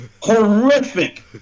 horrific